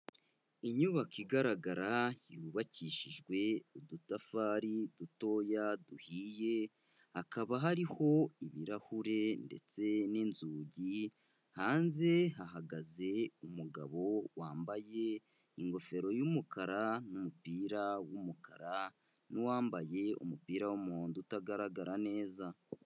Inyubako igaragara yubakishijwe utudafari dutoya duhiye, hakaba hariho ibirahure ndetse n'inzugi, hanze hahagaze umugabo wambaye ingofero y'umukara n'umupira w'umukara, n'uwambaye umupira w'umuhondo utagaragara neza.